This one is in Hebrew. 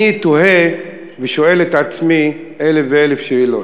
אני תוהה ושואל את עצמי אלף ואלף שאלות.